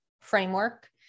framework